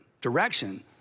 direction